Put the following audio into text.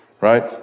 Right